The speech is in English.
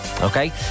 okay